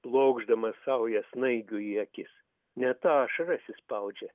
blokšdamas saują snaigių į akis net ašaras išspaudžia